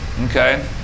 Okay